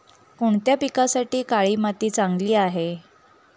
कोणत्या पिकासाठी काळी माती चांगली आहे?